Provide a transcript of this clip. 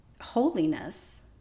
holiness